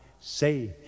say